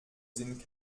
sind